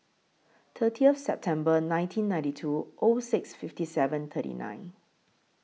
thirtieth September nineteen ninety two O six fifty seven thirty nine